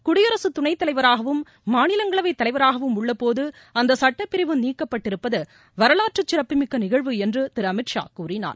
குடியரசு துணைத்தலைவராகவும் மாநிலங்களவை தலைவராகவும் உள்ளபோது அந்த சுட்டப்பிரிவு நிக்கப்பட்டிருப்பது வரலாற்று சிறப்புமிக்க நிகழ்வு என்று திரு அமித் ஷா கூறினார்